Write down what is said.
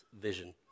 vision